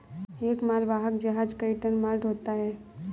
एक मालवाहक जहाज कई टन माल ढ़ोता है